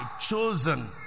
chosen